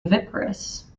oviparous